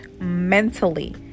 mentally